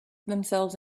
themselves